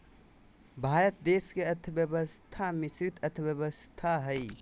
भारत देश के अर्थव्यवस्था मिश्रित अर्थव्यवस्था हइ